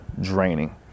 draining